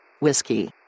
Whiskey